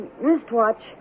wristwatch